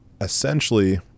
essentially